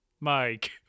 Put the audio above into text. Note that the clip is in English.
Mike